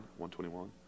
121